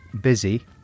busy